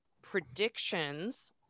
predictions